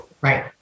right